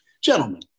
gentlemen